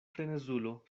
frenezulo